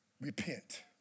repent